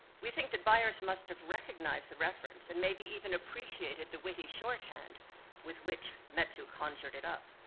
we think that buyers must have recognized the reference, and maybe even appreciated the witty shorthand with which metsu conjured it up.